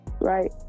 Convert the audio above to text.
Right